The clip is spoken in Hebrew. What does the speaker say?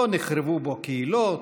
לא נחרבו בו קהילות,